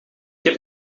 heb